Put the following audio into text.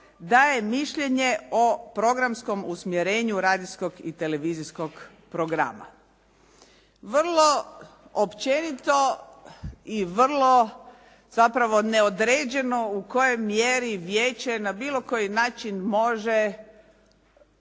daje mišljenje o programskom usmjerenju radijskog i televizijskog programa. Vrlo općenito i vrlo zapravo neodređeno u kojoj mjeri vijeće na bilo koji način može